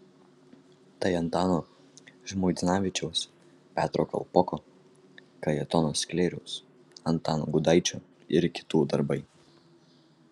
tai antano žmuidzinavičiaus petro kalpoko kajetono sklėriaus antano gudaičio ir kitų darbai